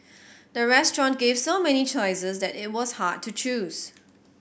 the restaurant gave so many choices that it was hard to choose